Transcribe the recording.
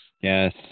yes